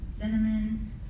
cinnamon